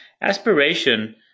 aspiration